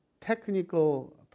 technical